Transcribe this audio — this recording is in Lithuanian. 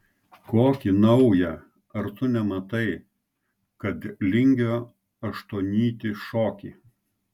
kokį naują ar tu nematai kad lingio aštuonnytį šoki